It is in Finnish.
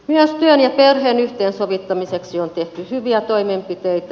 myös työn ja perheen yhteensovittamiseksi on tehty hyviä toimenpiteitä